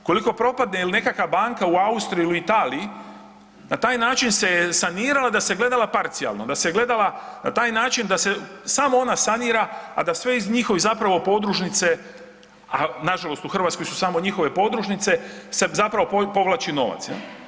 Ukoliko propade il nekakva banka u Austriji, u Italiji na taj način se je sanirao da se gledala parcijalno, da se gledala na taj način da se samo ona sanira, a da sve iz njihovih zapravo podružnice, a nažalost u Hrvatskoj su samo njihove podružnice se zapravo povlači novac jel.